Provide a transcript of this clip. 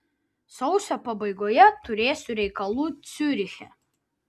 sausio pabaigoje turėsiu reikalų ciuriche